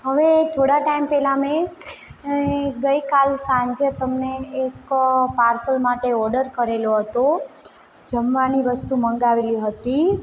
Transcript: હવે થોડા ટાઈમ પહેલા મેં અ ગઈ કાલ સાંજે તમને એક પાર્સલ માટે ઓર્ડર કરેલો હતો જમવાની વસ્તુ મંગાવેલી હતી